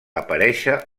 aparèixer